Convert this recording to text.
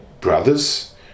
brothers